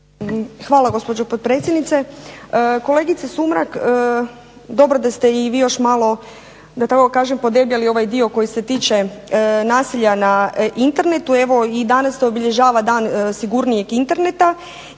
Hvala gospođo potpredsjednice. Kolegice Sumrak dobro da ste i vi još malo da tako kažem podebljali ovaj dio koji se tiče nasilja na internetu. Evo i danas se obilježava Dan sigurnijeg interneta